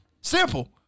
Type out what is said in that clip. simple